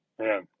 man